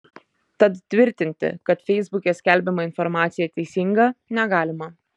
tad tvirtinti kad feisbuke skelbiama informacija teisinga negalima